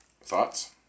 Thoughts